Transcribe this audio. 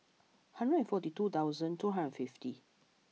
hundred forty two thousand two hundred fifty